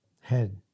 Head